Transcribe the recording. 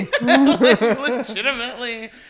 Legitimately